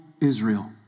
Israel